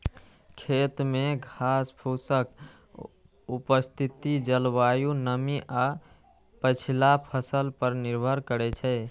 खेत मे घासफूसक उपस्थिति जलवायु, नमी आ पछिला फसल पर निर्भर करै छै